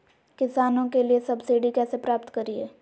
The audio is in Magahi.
किसानों के लिए सब्सिडी कैसे प्राप्त करिये?